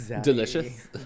Delicious